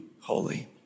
holy